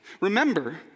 Remember